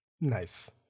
Nice